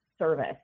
service